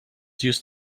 used